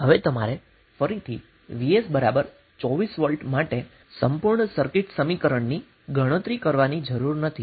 હવે તમારે ફરીથી Vs બરાબર 24 માટે સંપૂર્ણ સર્કિટ સમીકરણની ગણતરી કરવાની જરૂર નથી